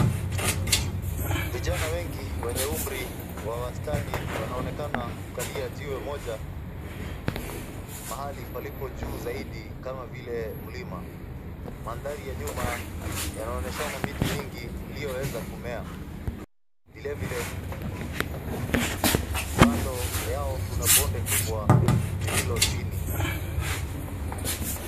Vijana wengi wenye umri wa wastani wanaonekana kukalia jiwe moja, mahali palipo juu zaidi kama vile mlima. Mandhari ya nyuma yanaonyeshana miti mingi iliyoweza kumea. Vilevile, kando yao kuna bonde kubwa lililo chini.